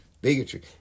bigotry